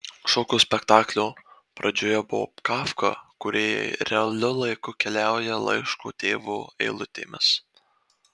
šokio spektaklio pradžioje buvo kafka kūrėjai realiu laiku keliauja laiško tėvui eilutėmis